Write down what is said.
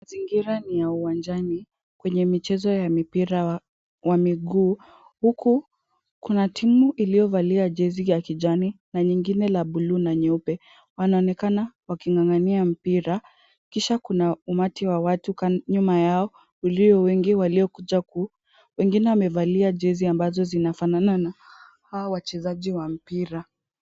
Mazingira ni ya uwanjani kwenye michezo ya mipira wa miguu. Huku kuna timu iliyovalia jezi ya kijani na nyingine la buluu na nyeupe. Wanaonekana waking'ang'ania mpira kisha kuna umati wa watu nyuma yao ulio wengi waliokuja ku. Wengine wamevalia jezi ambazo zinazofanana hao wachezaji wa mpira.